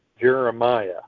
Jeremiah